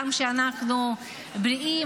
גם כשאנחנו בריאים,